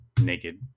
naked